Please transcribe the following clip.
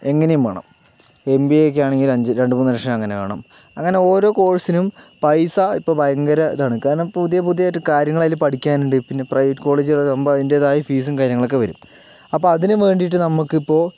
എങ്ങനെയും വേണം M B എക്ക് ആണെങ്കിൽ അഞ്ച് രണ്ടുമൂന്നു ലക്ഷം അങ്ങനെ വേണം അങ്ങനെ ഓരോ കോഴ്സിനും പൈസ ഇപ്പോൾ ഭയങ്കര ഇതാണ് കാരണം ഇപ്പോൾ പുതിയ പുതിയ ആയിട്ട് കാര്യങ്ങൾ അതിൽ പഠിക്കാനുണ്ട് പിന്നെ പ്രൈവറ്റ് കോളേജുകൾ ആകുമ്പോൾ അതിൻ്റെതായ ഫീസും കാര്യങ്ങളൊക്കെ വരും അപ്പൊ അതിനു വേണ്ടിട്ട് നമുക്കിപ്പോ